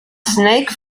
snake